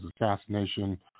assassination